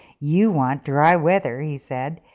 you want dry weather, he said,